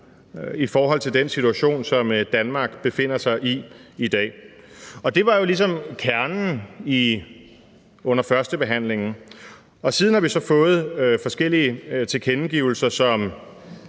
i forhold til den situation, som Danmark befinder sig i i dag. Det var jo ligesom kernen under førstebehandlingen. Siden har vi så fået forskellige tilkendegivelser –